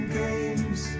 games